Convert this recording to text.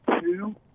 two